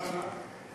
למה?